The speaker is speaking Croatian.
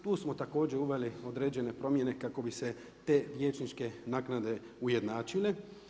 Tu smo također uveli određene promjene kako bi se te vijećničke naknade ujednačile.